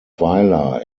weiler